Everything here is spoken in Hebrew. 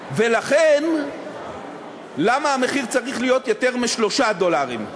ולכן, למה המחיר צריך להיות יותר מ-3 דולרים?